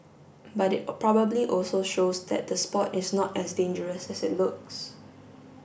but it probably also shows that the sport is not as dangerous as it looks